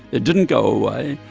it didn't go away.